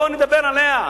בואו נדבר עליה,